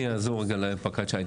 אני אעזור רגע לפקד שי.